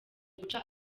guca